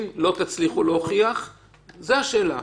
ישי, סנגוריה ציבורית.